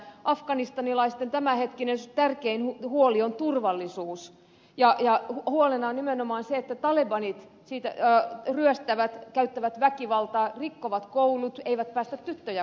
afganistanilaisten tämänhetkinen tärkein huoli on turvallisuus ja huolena on nimenomaan se että talebanit ryöstävät käyttävät väkivaltaa rikkovat koulut eivät päästä tyttöjä kouluun